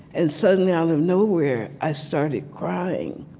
and suddenly, out of nowhere, i started crying.